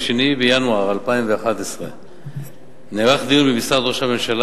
ב-2 בינואר 2011 נערך דיון במשרד ראש הממשלה